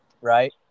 Right